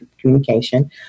communication